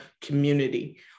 community